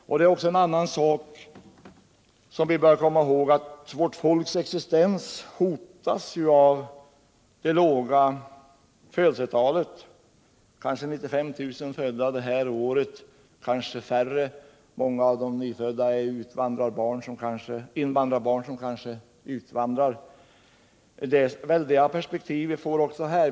Vi bör också komma ihåg att vårt folks existens hotas av de låga födelsetalen med kanske 95 000 födda i år, kanske färre. Många av dem är invandrarbarn, som kanske så småningom utvandrar. Väldiga perspektiv öppnas också här.